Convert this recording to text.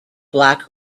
black